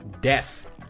Death